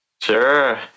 sure